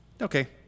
Okay